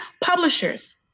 publishers